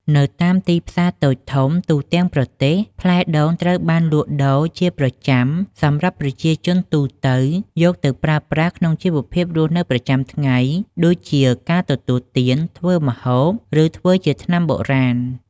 នៅតាមទីផ្សារតូចធំទូទាំងប្រទេស ផ្លែដូងត្រូវបានលក់ដូរជាប្រចាំសម្រាប់ប្រជាជនទូទៅយកទៅប្រើប្រាស់ក្នុងជីវភាពរស់នៅប្រចាំថ្ងៃដូចជា ការទទួលទាន ធ្វើម្ហូប ឬធ្វើជាថ្នាំបុរាណ។